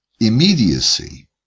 immediacy